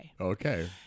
Okay